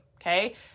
okay